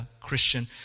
Christian